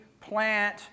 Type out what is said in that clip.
plant